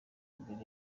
imbere